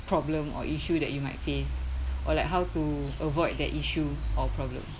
problem or issue that you might face or like how to avoid that issue or problem